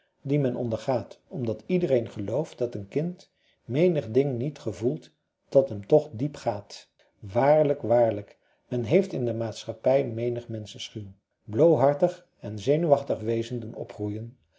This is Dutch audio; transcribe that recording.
die men ondergaat omdat iedereen gelooft dat een kind menig ding niet gevoelt dat hem toch diep gaat waarlijk waarlijk men heeft in de maatschappij menig menschenschuw bloohartig en zenuwachtig wezen doen opgroeien